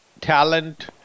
talent